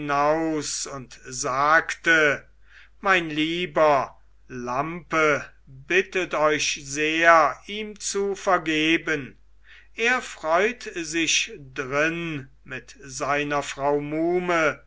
und sagte mein lieber lampe bittet euch sehr ihm zu vergeben er freut sich drin mit seiner frau muhme